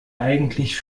eigentlich